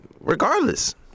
Regardless